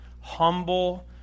Humble